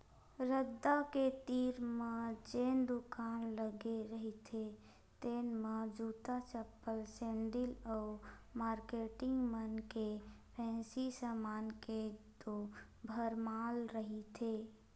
रद्दा के तीर म जेन दुकान लगे रहिथे तेन म जूता, चप्पल, सेंडिल अउ मारकेटिंग मन के फेंसी समान के तो भरमार रहिथे